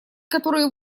которые